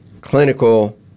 clinical